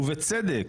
ובצדק,